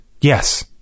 yes